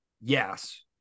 yes